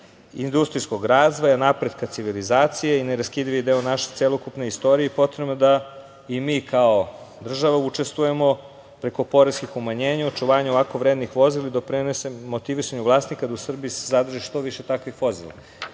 industrijskog razvoja, napretka civilizacije i neraskidivi deo naše celokupne istorije i potrebno je da i mi kao država učestvujemo preko poreskih umanjenja u očuvanju ovako vrednih vozila i da doprinesemo motivisanju vlasnika da se u Srbiji zadrži što više takvih vozila. Kada